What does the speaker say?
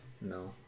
No